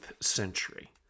century